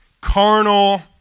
carnal